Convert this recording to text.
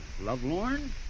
Lovelorn